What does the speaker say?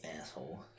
Asshole